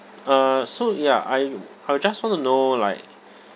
uh so ya I I just want to know like